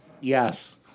Yes